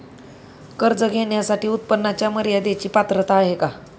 कर्ज घेण्यासाठी उत्पन्नाच्या मर्यदेची पात्रता आहे का?